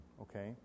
Okay